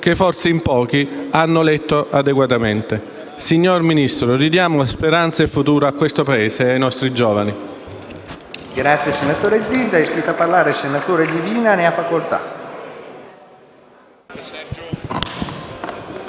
che forse in pochi hanno letto adeguatamente. Signor Ministro, ridiamo speranza e futuro a questo Paese e ai nostri giovani.